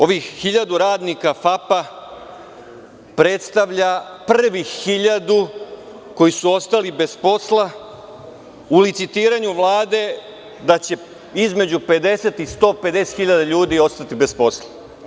Da li ovih hiljadu radnika FAP-a predstavlja prvih hiljadu koji su ostali bez posla u licitiranju Vlade da će između 50 i 150 hiljada ljudi ostati bez posla?